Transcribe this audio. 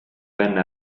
venne